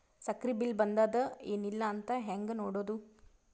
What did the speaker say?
ಸಕ್ರಿ ಬಿಲ್ ಬಂದಾದ ಏನ್ ಇಲ್ಲ ಅಂತ ಹೆಂಗ್ ನೋಡುದು?